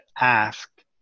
ask